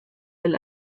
del